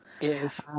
Yes